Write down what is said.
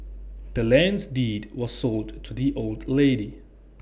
the land's deed was sold to the old lady